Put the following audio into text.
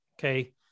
okay